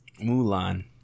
Mulan